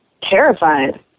terrified